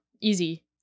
Easy